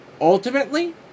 Ultimately